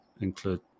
include